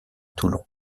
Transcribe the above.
toulon